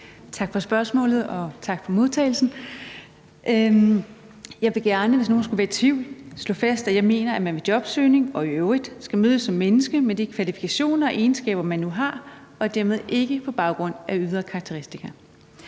Tak for spørgsmålet, og tak for modtagelsen. Jeg vil gerne, hvis nogen skulle være i tvivl, slå fast, at jeg mener, at man ved jobsøgning og i øvrigt skal mødes som menneske med de kvalifikationer og egenskaber, man nu har, og dermed ikke på baggrund af ydre karakteristika.